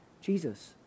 Jesus